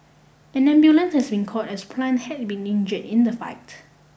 an ambulance has been call as plant had been injured in the fight